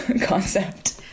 concept